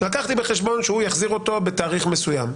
לקחתי בחשבון שהוא יחזיר אותו בתאריך מסוים.